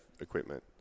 equipment